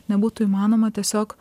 nebūtų įmanoma tiesiog